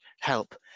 help